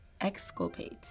Exculpate